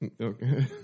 Okay